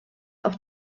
auf